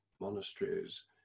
monasteries